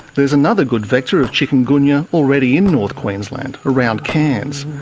there's another good vector of chikungunya already in north queensland, around cairns.